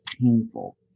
painful